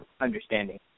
understanding